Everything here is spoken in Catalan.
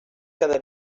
cada